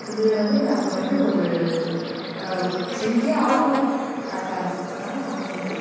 இது வந்து நாங்கள் வந்து ஒரு செஞ்சே ஆகணும் கட்டாயம் அதனால் நாங்கள் வந்து